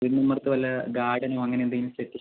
പിന്നെ ഉമ്മറത്തു വല്ല ഗാർഡനോ അങ്ങനെന്തെങ്കിലും സെറ്റ്